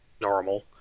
normal